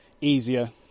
easier